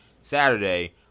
Saturday